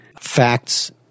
facts